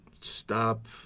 stop